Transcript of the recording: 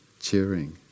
cheering